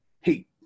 Hey